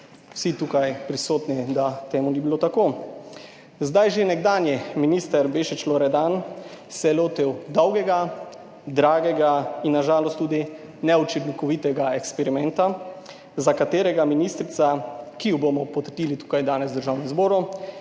vsi tukaj prisotni, da temu ni bilo tako. Zdaj že nekdanji minister Bešič Loredan se je lotil dolgega, dragega in na žalost tudi neučinkovitega eksperimenta, za katerega ministrica, ki jo bomo potrdili tukaj danes v Državnem zboru,